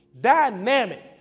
dynamic